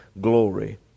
glory